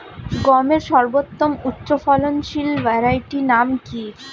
গমের সর্বোত্তম উচ্চফলনশীল ভ্যারাইটি নাম কি?